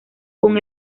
con